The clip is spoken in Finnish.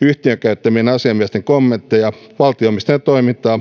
yhtiön käyttämien asiamiesten kommentteja valtio omistajan toimintaa